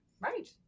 Right